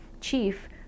chief